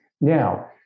Now